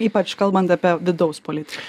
ypač kalbant apie vidaus politiką